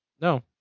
No